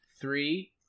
three